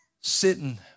sitting